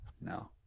no